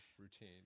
routine